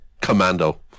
Commando